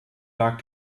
lag